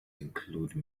include